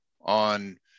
on